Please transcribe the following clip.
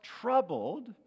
troubled